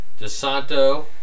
DeSanto